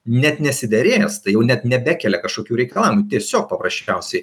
net nesiderės tai jau net nebekelia kažkokių reikalavimų tiesiog paprasčiausiai